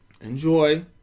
enjoy